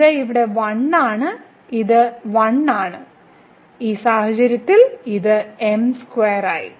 ഇത് ഇവിടെ 1 ആണ് ഇത് 1 ആണ് ഈ സാഹചര്യത്തിൽ ഇത് m2 ആയി